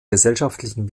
gesellschaftlichen